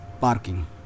parking